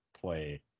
play